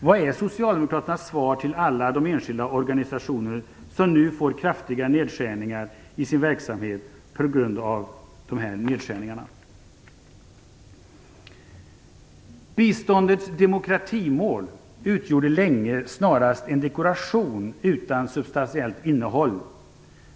Vad är Socialdemokraternas svar till alla de enskilda organisationer som nu får kraftiga nedskärningar i sin verksamhet på grund av dessa nedskärningar i biståndet? Biståndets demokratimål utgjorde länge snarast en dekoration utan substansiellt innehåll.